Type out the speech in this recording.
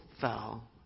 fell